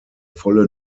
volle